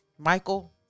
Michael